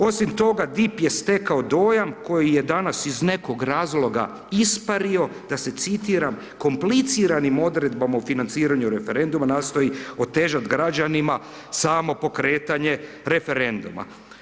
Osim toga, DIP je stekao dojam koji je danas iz nekog razloga ispario da se citiram, kompliciranim Odredbama o financiranju referenduma nastoji otežati građanima samo pokretanje referenduma.